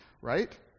right